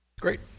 Great